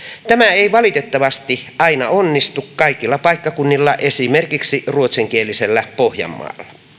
tämä ei valitettavasti aina onnistu kaikilla paikkakunnilla esimerkiksi ruotsinkielisellä pohjanmaalla